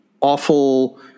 awful